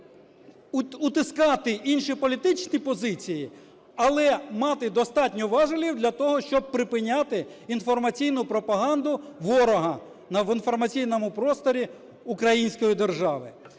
утискати інші політичні позиції, але мати достатньо важелів для того, щоб припиняти інформаційну пропаганду ворога в інформаційному просторі української держави.